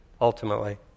ultimately